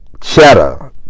cheddar